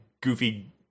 goofy